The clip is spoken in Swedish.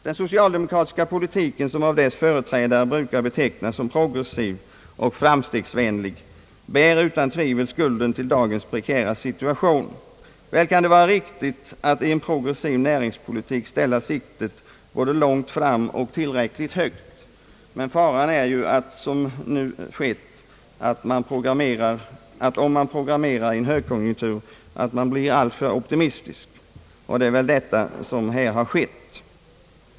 Den socialdemokratiska politiken som av dess företrädare brukar betecknas som progressiv och framstegsvänlig bär utan tvivel skulden till dagens prekära situation. Väl kan det vara riktigt att i en progressiv näringspolitik ställa siktet både långt fram och tillräckligt högt. Men faran är att man om man Pprogrammerar i en högkonjunktur blir alltför optimistisk, och det är väl detta som har skett.